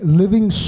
living